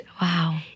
Wow